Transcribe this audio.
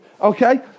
Okay